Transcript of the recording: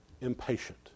impatient